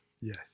Yes